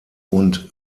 und